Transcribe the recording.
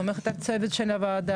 סומכת על הצוות של הוועדה,